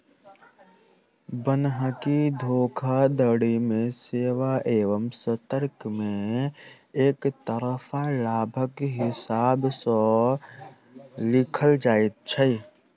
बन्हकी धोखाधड़ी मे सेवा एवं शर्त मे एकतरफा लाभक हिसाब सॅ लिखल जाइत छै